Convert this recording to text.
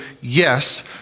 yes